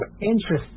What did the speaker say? interesting